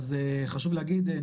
אז חשוב להגיד,